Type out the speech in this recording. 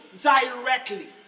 directly